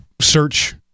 search